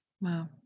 Wow